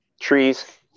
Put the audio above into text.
trees